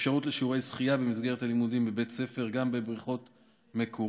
אפשרות לשיעורי שחייה במסגרת הלימודים בבית הספר גם בבריכות מקורות,